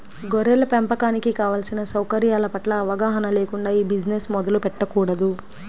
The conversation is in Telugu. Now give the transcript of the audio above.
గొర్రెల పెంపకానికి కావలసిన సౌకర్యాల పట్ల అవగాహన లేకుండా ఈ బిజినెస్ మొదలు పెట్టకూడదు